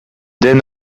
den